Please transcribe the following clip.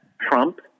Trump